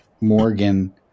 Morgan